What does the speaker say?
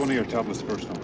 and your tablets first.